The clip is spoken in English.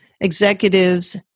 executives